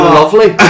lovely